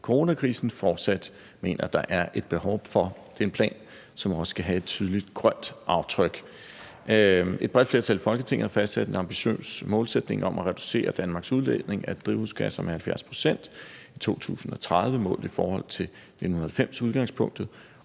coronakrisen fortsat mener der er et behov for. Det er en plan, som også skal have et tydeligt grønt aftryk. Et bredt flertal i Folketinget har fastsat en ambitiøs målsætning om at reducere Danmarks udledning af drivhusgasser med 70 pct. i 2030 målt i forhold til 1990-udgangspunktet,